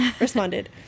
responded